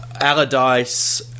Allardyce